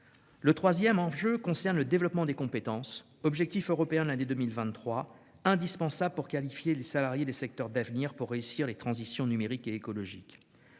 Le troisième enjeu porte sur le développement des compétences- objectif européen de l'année 2023 -, indispensable pour qualifier les salariés des secteurs d'avenir et réussir les transitions numérique et écologique.